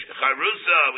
charusa